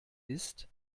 ist